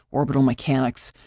orbital mechanics,